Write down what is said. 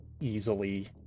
easily